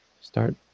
start